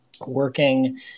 working